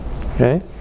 Okay